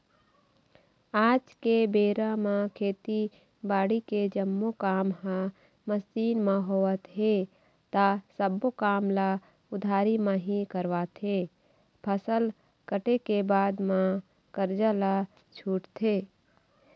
आज के बेरा म खेती बाड़ी के जम्मो काम ह मसीन म होवत हे ता सब्बो काम ल उधारी म ही करवाथे, फसल कटे के बाद म करजा ल छूटथे